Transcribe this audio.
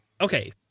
Okay